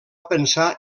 pensar